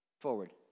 forward